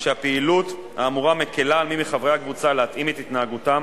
שהפעילות האמורה מקלה על מי מחברי הקבוצה להתאים את ההתנהגותם